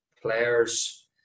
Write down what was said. players